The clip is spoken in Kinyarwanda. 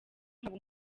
nkaba